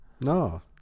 No